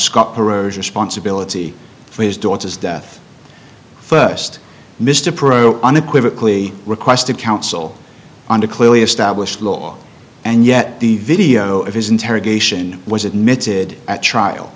scott corrosion sponsibility for his daughter's death first mr pro unequivocally requested counsel on a clearly established law and yet the video of his interrogation was admitted at trial